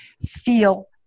feel